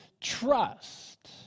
trust